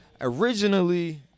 Originally